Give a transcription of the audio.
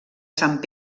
sant